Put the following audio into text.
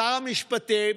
שר המשפטים,